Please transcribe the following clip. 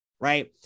right